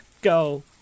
Go